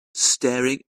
staring